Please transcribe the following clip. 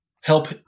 help